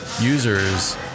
users